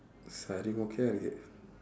சரி மொக்கையா இருக்கு:sari mokkaiyaa irukku